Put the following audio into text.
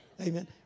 Amen